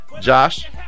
Josh